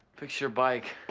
fixed your bike.